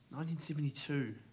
1972